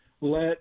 let –